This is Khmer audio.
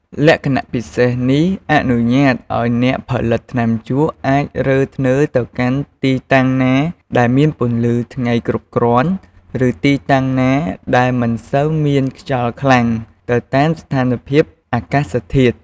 លក្ខណៈពិសេសនេះ អនុញ្ញាតអោយអ្នកផលិតថ្នាំជក់អាចរើធ្នើរទៅកាន់ទីតាំងណាដែលមានពន្លឺថ្ងៃគ្រប់គ្រាន់ ឬទីតាំងណាដែលមិនសូវមានខ្យល់ខ្លាំង ទៅតាមស្ថានភាពអាកាសធាតុ។